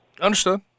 Understood